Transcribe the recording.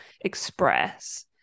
express